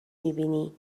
میبینی